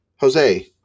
Jose